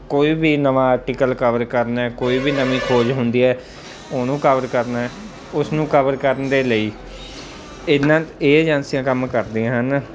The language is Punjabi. ਕੋਈ ਵੀ ਨਵਾਂ ਆਰਟੀਕਲ ਕਵਰ ਕਰਨਾ ਕੋਈ ਵੀ ਨਵੀਂ ਖੋਜ ਹੁੰਦੀ ਹੈ ਉਹਨੂੰ ਕਵਰ ਕਰਨਾ ਉਸਨੂੰ ਕਵਰ ਕਰਨ ਦੇ ਲਈ ਇਹਨਾਂ ਇਹ ਏਜੰਸੀਆਂ ਕੰਮ ਕਰਦੀਆਂ ਹਨ